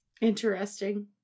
Interesting